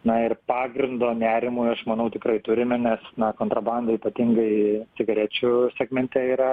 na ir pagrindo nerimui aš manau tikrai turime nes na kontrabanda ypatingai cigarečių segmente yra